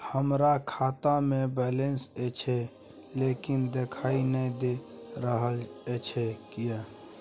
हमरा खाता में बैलेंस अएछ लेकिन देखाई नय दे रहल अएछ, किये?